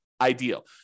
ideal